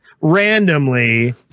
randomly